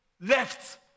left